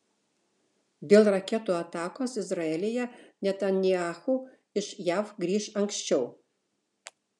dėl raketų atakos izraelyje netanyahu iš jav grįš anksčiau